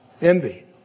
Envy